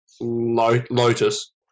Lotus